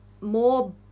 more